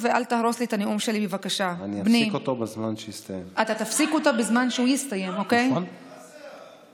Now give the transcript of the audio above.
הוא מכיל סעיפים רבים